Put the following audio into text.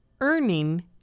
earning